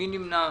מי נמנע?